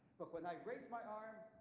but when i raise my arm,